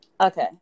Okay